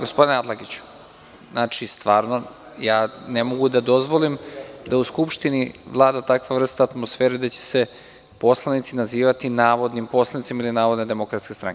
Gospodine Atlagiću, ne mogu da dozvolim da u Skupštini vlada takva vrsta atmosfere gde će se poslanici nazivati navodnim poslanicima ili navodna Demokratska stranka.